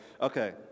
Okay